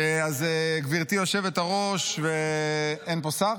גברתי היושבת-ראש, אין פה שר?